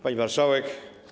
Pani Marszałek!